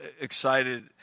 excited